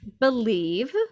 believe